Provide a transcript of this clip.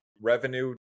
revenue